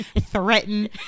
threaten